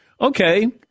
Okay